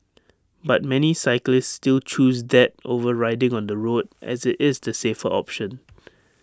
but many cyclists still choose that over riding on the road as IT is the safer option